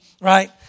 right